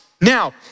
Now